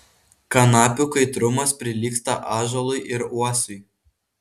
kanapių kaitrumas prilygsta ąžuolui ir uosiui